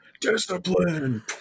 discipline